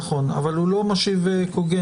נכון אבל הוא לא משיב קוגנטי.